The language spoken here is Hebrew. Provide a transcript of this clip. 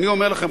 אני אומר לכם,